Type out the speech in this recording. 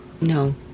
no